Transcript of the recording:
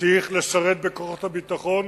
צריך לשרת בכוחות הביטחון.